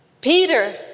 Peter